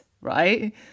right